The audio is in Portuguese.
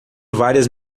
várias